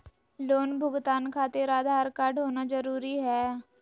Loan भुगतान खातिर Aadhaar card होना जरूरी है?